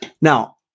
Now